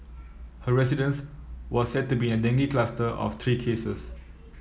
her residence was said to be in a dengue cluster of three cases